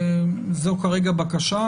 זו כרגע בקשה,